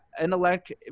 intellect